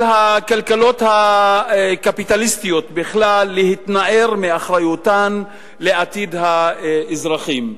הכלכלות הקפיטליסטיות בכלל להתנער מאחריותן לעתיד האזרחים.